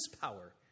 power